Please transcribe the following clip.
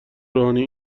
روحانی